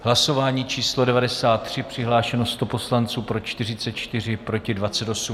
Hlasování číslo 93, přihlášeno 100 poslanců, pro 44, proti 28.